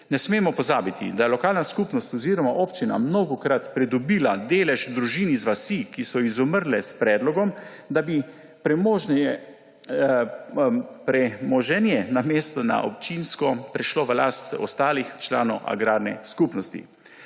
Ne smemo pozabiti, da je lokalna skupnosti oziroma občina mnogokrat pridobila delež družin iz vasi, ki so izumrle, s predlogom, da bi premoženje namesto v občinsko prešlo v last ostalih članov agrarne skupnosti.